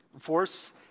force